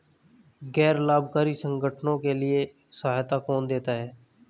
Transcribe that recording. गैर लाभकारी संगठनों के लिए सहायता कौन देता है?